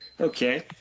Okay